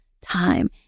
time